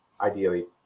ideally